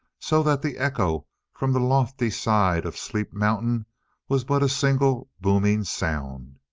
so that the echo from the lofty side of sleep mountain was but a single booming sound.